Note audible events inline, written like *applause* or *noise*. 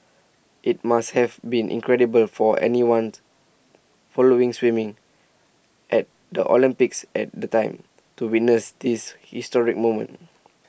IT must have been incredible for anyone *unintelligible* following swimming at the Olympics at the time to witness this historic moment